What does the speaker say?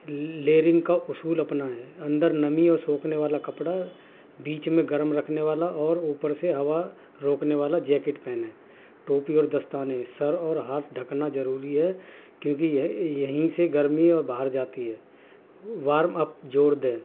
layering کا اصول اپنائیں اندر نمی اور سوکھنے والا کپڑا بیچ میں گرم رکھنے والا اور اوپر سے ہوا روکنے والا جیکٹ پہنیں ٹوپی اور دستانے سر اور ہاتھ ڈھکنا ضروری ہے کیونکہ یہیں سے گرمی اور باہر جاتی ہے وارم اپ اپ جوڑ دیں